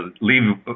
leave